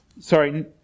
Sorry